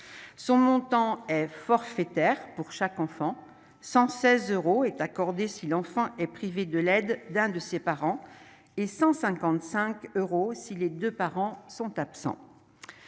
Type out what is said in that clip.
son montant forfaitaire pour chaque enfant, 116 euros est accordé si l'enfant est privé de l'aide d'un de ses parents et 155 euros, si les 2 parents sont absents,